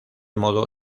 modo